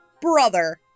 brother